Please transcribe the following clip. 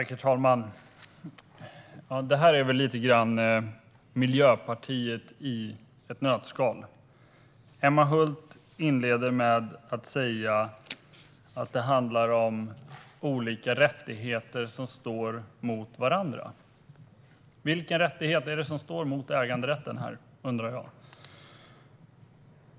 Herr talman! Det här är lite grann Miljöpartiet i ett nötskal. Emma Hult inleder med att säga att det handlar om olika rättigheter som står mot varandra. Vilken rättighet är det som står mot äganderätten här? undrar jag.